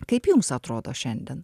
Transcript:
kaip jums atrodo šiandien